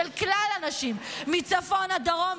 של כלל הנשים מצפון עד דרום,